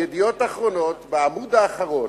"ידיעות אחרונות", בעמוד האחרון,